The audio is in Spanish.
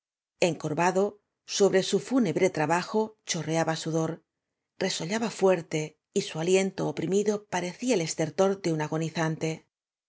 eacorvado sobre su fúnebre tra bajo chorreaba sudor resollaba fuerte y su aliento oprimido parecía el estertor de un ago